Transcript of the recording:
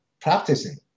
practicing